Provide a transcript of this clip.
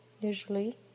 usually